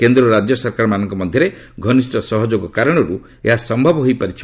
କେନ୍ଦ୍ର ଓ ରାଜ୍ୟ ସରକାରମାନଙ୍କ ମଧ୍ୟରେ ଘନିଷ୍ଠ ସହଯୋଗ କାରଣରୁ ଏହା ସମ୍ଭବ ହୋଇପାରିଛି